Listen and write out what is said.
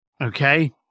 Okay